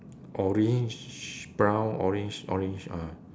orange brown orange orange ah